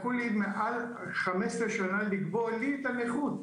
לקח יותר מ-15 שנים לקבוע לי את הנכות,